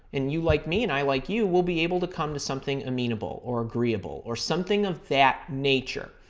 and you like me and i like you, we'll be able to come to something amenable or agreeable, or something of that nature.